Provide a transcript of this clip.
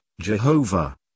Jehovah